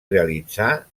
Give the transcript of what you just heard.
realitzà